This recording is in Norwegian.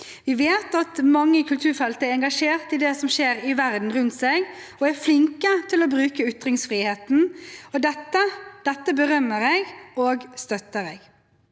Vi vet at mange i kulturfeltet er engasjert i det som skjer i verden rundt seg og er flinke til å bruke ytringsfriheten. Dette berømmer og støtter jeg.